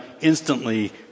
instantly